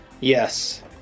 yes